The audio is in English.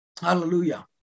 Hallelujah